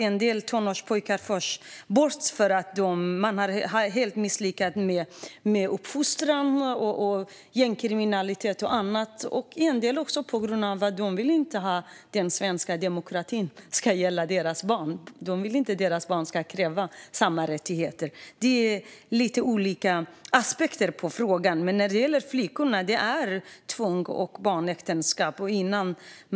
En del tonårspojkar förs bort därför att föräldrarna helt har misslyckats med uppfostran, på grund av gängkriminalitet eller därför att föräldrarna inte vill att den svenska demokratin ska gälla deras barn. De vill inte att barnen ska kräva samma rättigheter. Det finns lite olika aspekter på denna fråga, men när det gäller flickor är det tvångs och barnäktenskap.